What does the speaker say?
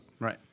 Right